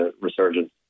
resurgence